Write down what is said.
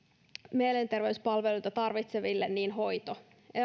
mielenterveyspalveluita tarvitseville hoito